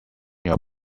your